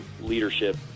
leadership